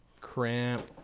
Cramp